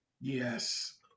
Yes